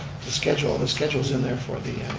the schedule the schedule is in there for the